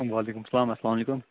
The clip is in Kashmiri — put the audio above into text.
وعلیکُم سلام اَسلامُ علیکُم